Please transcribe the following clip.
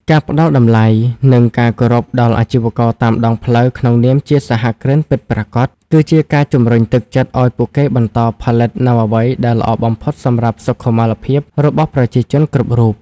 ការផ្ដល់តម្លៃ និងការគោរពដល់អាជីវករតាមដងផ្លូវក្នុងនាមជាសហគ្រិនពិតប្រាកដ គឺជាការជម្រុញទឹកចិត្តឱ្យពួកគេបន្តផលិតនូវអ្វីដែលល្អបំផុតសម្រាប់សុខុមាលភាពរបស់ប្រជាជនគ្រប់រូប។